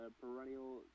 perennial